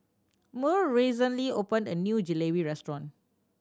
Murl recently opened a new Jalebi Restaurant